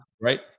Right